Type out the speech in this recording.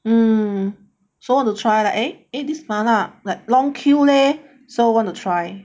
um so want to try leh eh eh this 麻辣 like long queue leh so want to try